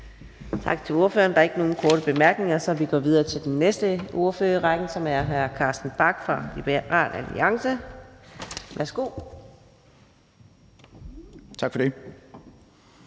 Tak til ordføreren. Der er ikke nogen korte bemærkninger, så vi går videre til den næste ordfører i rækken, som er hr. Carsten Bach fra Liberal Alliance. Værsgo. Kl.